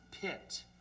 pit